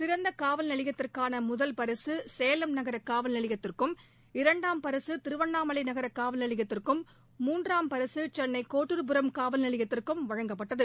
சிறந்த காவல் நிலையத்திற்கான முதல் பரிசு சேலம் நகர காவல்நிலையத்திற்கும் இரண்டாம் பரிசு திருவண்ணாமலை நகர காவல் நிலையத்திற்கும் மூன்றாம் பரிக சென்னை கோட்டுர்புரம் நிலையத்திற்கும் வழங்கப்பட்டது